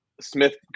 Smith